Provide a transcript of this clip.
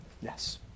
Yes